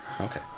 Okay